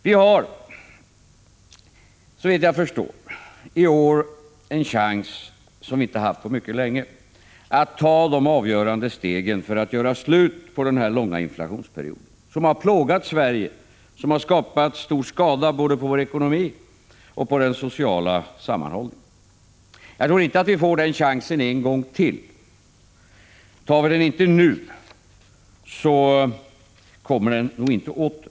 Vi har, såvitt jag förstår, i år en chans som vi inte har haft på mycket länge, nämligen att ta de avgörande stegen för att göra slut på den långa inflationsperiod som har plågat Sverige och som har åstadkommit stor skada både på vår ekonomi och på den sociala sammanhållningen. Jag tror inte att vi får den chansen en gång till. Tar vi den inte nu, kommer den säkert inte åter.